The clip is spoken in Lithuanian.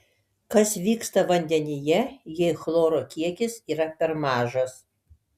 kas vyksta vandenyje jei chloro kiekis yra per mažas